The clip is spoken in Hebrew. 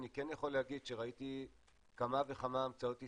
אני כן יכול להגיד שראיתי כמה וכמה המצאות ישראליות,